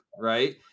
right